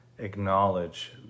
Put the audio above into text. acknowledge